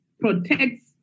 protects